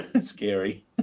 scary